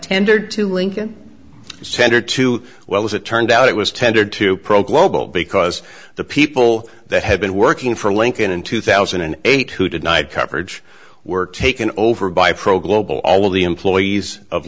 tendered to lincoln center two well as it turned out it was tendered to pro quo because the people that had been working for lincoln in two thousand and eight who denied coverage were taken over by pro global all the employees of